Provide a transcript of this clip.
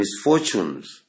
misfortunes